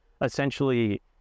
essentially